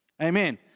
Amen